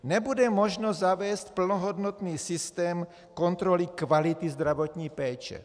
Nebude možno zavést plnohodnotný systém kontroly kvality zdravotní péče.